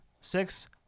Six